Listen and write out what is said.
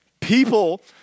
People